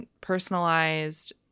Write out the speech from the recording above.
personalized